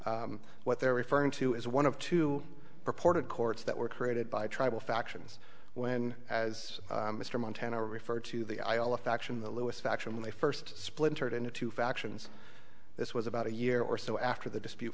s what they're referring to is one of two reported courts that were created by tribal factions when as mr montana referred to the isle of faction the lewis faction when they first splintered into two factions this was about a year or so after the dispute